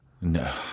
No